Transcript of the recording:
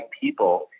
people